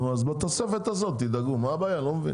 אז בתוספת הזאת תדאגו, אני לא מבין